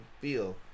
feel